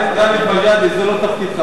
חבר הכנסת גאלב מג'אדלה, זה לא תפקידך.